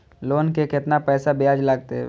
Loan के केतना पैसा ब्याज लागते?